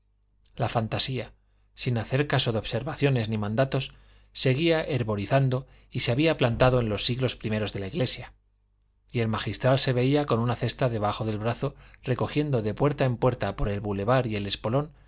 la fantasía sin hacer caso de observaciones ni mandatos seguía herborizando y se había plantado en los siglos primeros de la iglesia y el magistral se veía con una cesta debajo del brazo recogiendo de puerta en puerta por el boulevard y el espolón